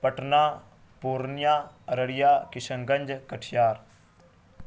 Patna Purnia Araria Kishanganj Katihar